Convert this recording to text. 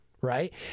right